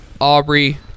Aubrey